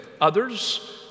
Others